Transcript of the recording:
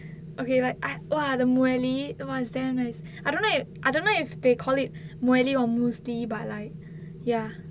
okay like !wow! the muesli !wow! is damn nice I don't know if I don't know if they called it muesli or muesli but like